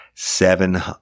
Seven